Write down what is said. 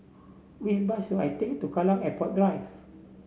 which bus should I take to Kallang Airport Drive